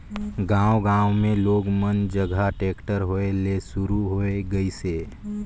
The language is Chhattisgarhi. गांव गांव मे लोग मन जघा टेक्टर होय ले सुरू होये गइसे